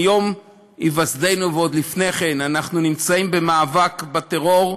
מיום היווסדנו ועוד לפני כן אנחנו נמצאים במאבק בטרור,